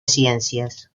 ciencias